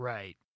Right